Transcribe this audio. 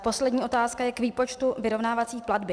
Poslední otázka je k výpočtu vyrovnávací platby.